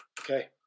Okay